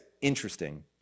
interesting